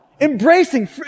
embracing